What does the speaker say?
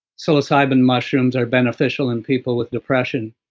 psilocybin mushrooms are beneficial in people with depression.